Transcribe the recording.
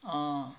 ah